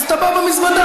אתה עם המזוודה,